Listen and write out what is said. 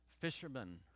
Fishermen